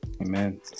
amen